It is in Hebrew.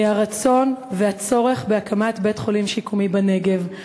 הרצון והצורך בהקמת בית-חולים שיקומי בנגב.